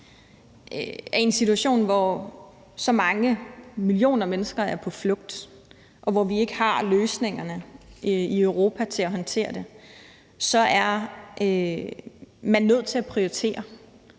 i en situation, hvor så mange millioner mennesker er på flugt, og hvor vi ikke har løsningerne i Europa til at håndtere det, er man nødt til at prioritere.